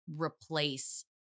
replace